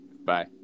Bye